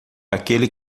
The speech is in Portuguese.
aquele